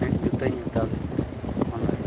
ᱢᱤᱫ ᱡᱩᱛᱟᱹᱧ ᱦᱟᱛᱟᱣ ᱞᱮᱫᱟ ᱚᱱᱟ